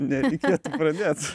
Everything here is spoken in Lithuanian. nereikėtų pradėt